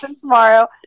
tomorrow